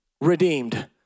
redeemed